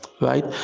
Right